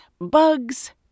bugs